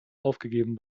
aufgegeben